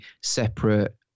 separate